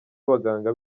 abaganga